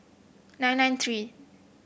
nine nine three